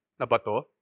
nabato